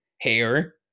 hair